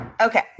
Okay